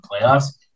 playoffs